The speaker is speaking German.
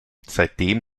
seitdem